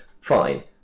Fine